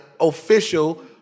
official